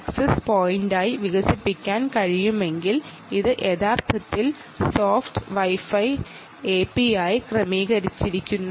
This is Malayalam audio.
ആക്സസ് പോയിന്റായി വികസിപ്പിക്കാൻ കഴിയുമെങ്കിൽ ഇത് യഥാർത്ഥത്തിൽ സോഫ്റ്റ് വൈ ഫൈ എപിയായി ക്രമീകരിച്ചിരിക്കുന്നു